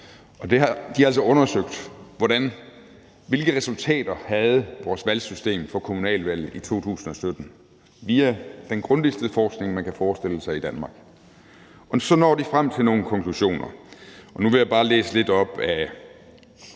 De har altså undersøgt, hvilke resultater vores valgsystem kom frem til ved kommunalvalget i 2017, via den grundigste forskning, man kan forestille sig i Danmark. De nåede så frem til nogle konklusioner, og nu vil jeg bare læse lidt op af